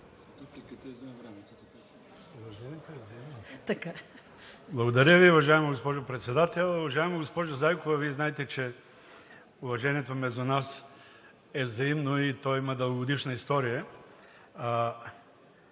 Благодаря Ви, уважаема госпожо Председател! Госпожо Зайкова, Вие знаете, че уважението между нас е взаимно и то има дългогодишна история.